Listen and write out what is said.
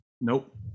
Nope